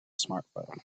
smartphone